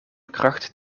kracht